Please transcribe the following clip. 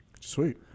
Sweet